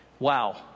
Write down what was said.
Wow